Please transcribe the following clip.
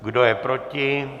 Kdo je proti?